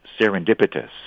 serendipitous